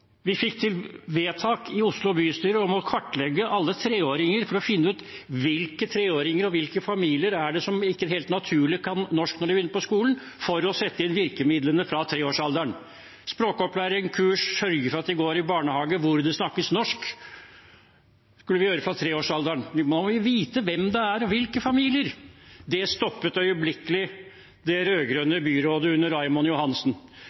Vi fikk vedtak i Oslo bystyre om å kartlegge alle treåringer for å finne ut hvilke treåringer i hvilke familier som ikke helt naturlig kan norsk når de begynner på skolen, for å sette inn virkemidlene fra treårsalderen – språkopplæring, kurs, sørge for at de går i barnehage hvor det snakkes norsk. Det skulle vi gjøre fra treårsalderen. Vi må jo vite hvem det er, og hvilke familier det er. Dette stoppet øyeblikkelig det rød-grønne byrådet under Raymond Johansen.